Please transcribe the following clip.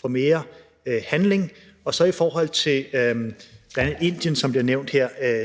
for mere handling. Og i forhold til bl.a. Indien, som bliver nævnt her, er